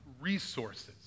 Resources